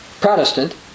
Protestant